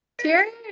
Cheers